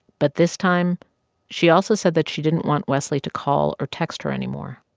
but this time she also said that she didn't want wesley to call or text her anymore.